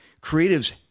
Creatives